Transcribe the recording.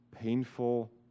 painful